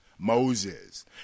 Moses